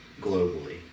globally